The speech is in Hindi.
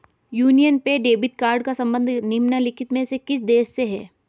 यूनियन पे डेबिट कार्ड का संबंध निम्नलिखित में से किस देश से है?